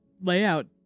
layout